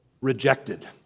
rejected